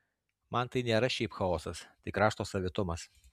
man tai nėra šiaip chaosas tai krašto savitumas